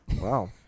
Wow